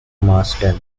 marsden